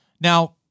Now